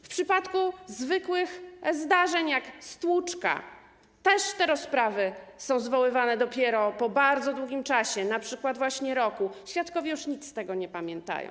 W przypadku zwykłych zdarzeń, takich jak stłuczka, też te rozprawy są zwoływane dopiero po bardzo długim czasie, np. właśnie po roku, kiedy świadkowie już nic z tego nie pamiętają.